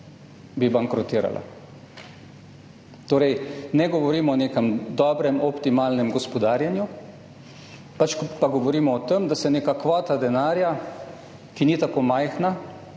Bi bankrotirala. Ne govorim torej o nekem dobrem optimalnem gospodarjenju, pač pa govorimo o tem, da se neka kvota denarja, ki ni tako majhna,